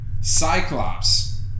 Cyclops